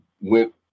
went